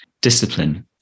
discipline